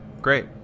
Great